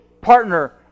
partner